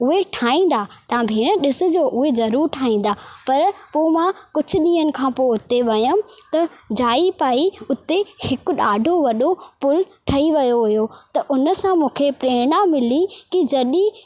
उहे ठाहींदा तव्हां भेण ॾिसिजो उहे ज़रूरु ठाहींदा पर पोइ मां कुझु ॾींहनि खां पोइ उते वयमि त जाई पाई उते हिकु ॾाढो वॾो पुलु ठही वियो हुयो त उन सां मूंखे प्रेरणा मिली की जॾहिं